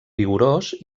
vigorós